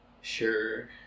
sure